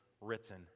written